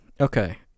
Okay